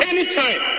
Anytime